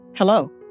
Hello